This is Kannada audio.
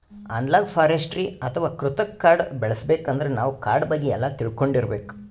ಅನಲಾಗ್ ಫಾರೆಸ್ಟ್ರಿ ಅಥವಾ ಕೃತಕ್ ಕಾಡ್ ಬೆಳಸಬೇಕಂದ್ರ ನಾವ್ ಕಾಡ್ ಬಗ್ಗೆ ಎಲ್ಲಾ ತಿಳ್ಕೊಂಡಿರ್ಬೇಕ್